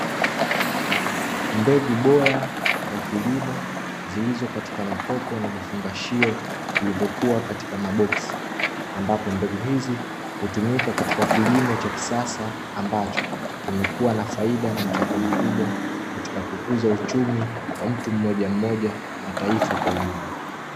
Mbegu bora kwa kilimo zilizo katika makopo na vifungashio vilivyokua katika maboksi, ambapo mbegu hizi hutumika katika kilimo cha kisasa, ambacho kimekua na faida na mchango mkubwa katika kukuza uchumi wa mtu mmoja mmoja, na taifa kwa ujumla.